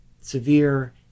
severe